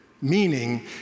meaning